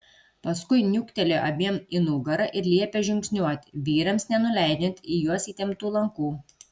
paskui niuktelėjo abiem į nugarą ir liepė žingsniuoti vyrams nenuleidžiant į juos įtemptų lankų